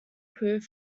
proved